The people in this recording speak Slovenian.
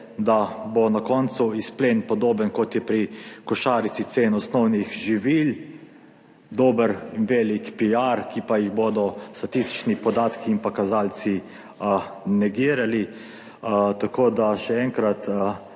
da bo na koncu izplen podoben, kot je pri košarici cen osnovnih živil, dober in velik piar, ki pa jih bodo statistični podatki in pa kazalci negirali. Tako da, še enkrat,